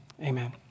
Amen